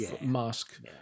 mask